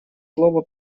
слово